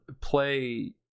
play